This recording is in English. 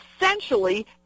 essentially